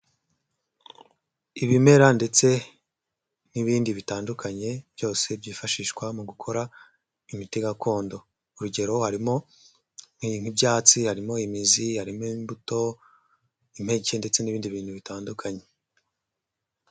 Ibimera ndetse n'ibindi bitandukanye byose byifashishwa mu gukora imiti gakondo, urugero harimo nk'ibyatsi, harimo imizi, harimo imbuto, impeke ndetse n'ibindi bintu bitandukanye.